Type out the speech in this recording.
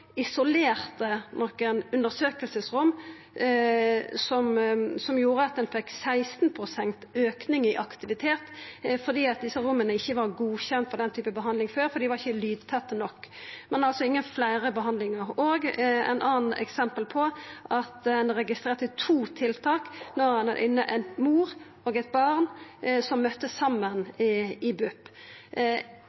isolerte nokre undersøkingsrom, som gjorde at ein fekk 16 pst. auke i aktiviteten – desse romma var ikkje godkjende for den typen behandling før, fordi dei ikkje var lydtette nok – men altså ingen fleire behandlingar. Og eit anna eksempel er at ein registrerte to tiltak når ein hadde inne ei mor og eit barn som møtte saman